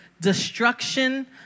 destruction